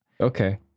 Okay